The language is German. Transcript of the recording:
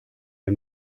der